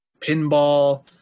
pinball